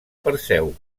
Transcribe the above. perseu